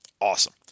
Awesome